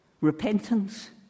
Repentance